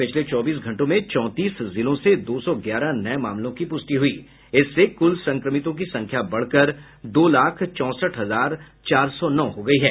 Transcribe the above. पिछले चौबीस घंटों में चौंतीस जिलों से दो सौ ग्यारह नये मामलों की पुष्टि हुई इससे कुल संक्रमितों की संख्या बढ़कर दो लाख चौसठ हजार चार सौ नौ हो गयी है